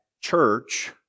church